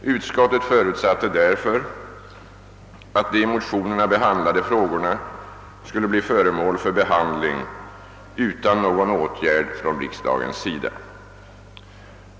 Utskottet förutsatte därför att de i motionerna berörda frågorna skulle bli föremål för behandling utan någon åtgärd från riksdagens sida.